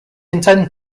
intend